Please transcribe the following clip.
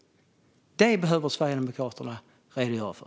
Detta behöver Sverigedemokraterna redogöra för.